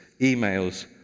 emails